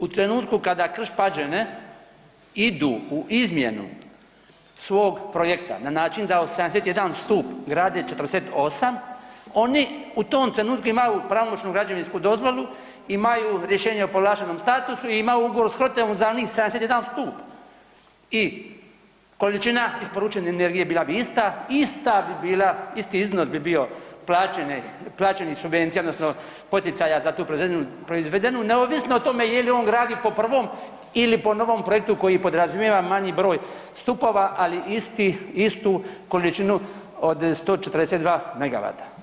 U trenutku kada Krš-Pađene idu u izmjenu svog projekta na način da od 71 stup grade 48 oni u tom trenutku imaju pravomoćnu građevinsku dozvolu, imaju rješenje o povlaštenom statusu i imaju ugovor s HROTE-om o izgradnji 71 stup i količina isporučene energije bila bi ista, ista bi bila, isti iznos bi bio plaćenih subvencija odnosno poticaja za tu proizvedenu neovisno je li on gradi po prvom ili po novom projektu koji podrazumijeva manji broj stupova, ali istu količinu od 142 MW.